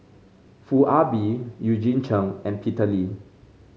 Foo Ah Bee Eugene Chen and Peter Lee